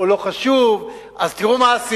או לא חשוב, אז, תראו מה עשינו?